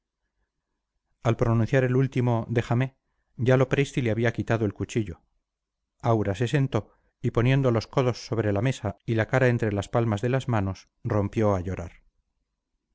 al pronunciar el último déjame ya lopresti le había quitado el cuchillo aura se sentó y poniendo los codos sobre la mesa y la cara entre las palmas de las manos rompió a llorar